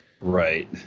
Right